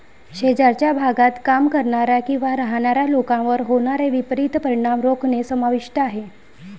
शेजारच्या भागात काम करणाऱ्या किंवा राहणाऱ्या लोकांवर होणारे विपरीत परिणाम रोखणे समाविष्ट आहे